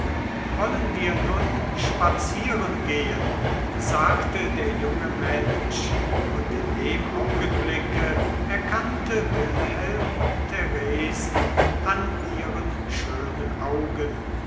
wollen wir nun spazierengehen sagte der junge mensch und in dem augenblicke erkannte wilhelm theresen an ihren schönen augen